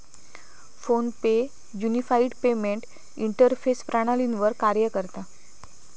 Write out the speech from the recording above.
phone पे unified payment interface प्रणालीवर कार्य करता